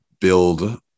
build